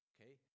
Okay